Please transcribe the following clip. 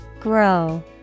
Grow